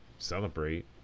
celebrate